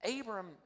abram